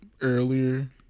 Earlier